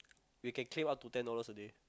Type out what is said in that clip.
we can claim up to ten dollars a day